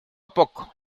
poco